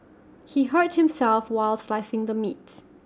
he hurt himself while slicing the meats